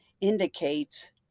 indicates